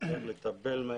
וצריך לטפל בהם.